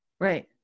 Right